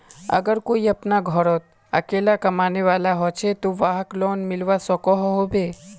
अगर कोई अपना घोरोत अकेला कमाने वाला होचे ते वाहक लोन मिलवा सकोहो होबे?